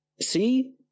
see